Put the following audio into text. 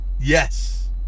Yes